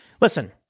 listen—